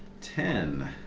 Ten